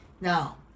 Now